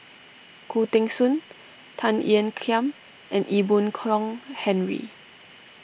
Khoo Teng Soon Tan Ean Kiam and Ee Boon Kong Henry